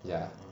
ya